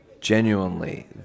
genuinely